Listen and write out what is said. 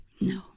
No